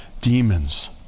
demons